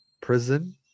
prison